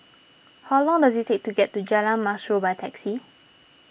how long does it take to get to Jalan Mashor by taxi